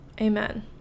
amen